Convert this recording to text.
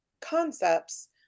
concepts